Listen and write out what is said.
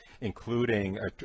including